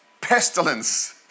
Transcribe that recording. pestilence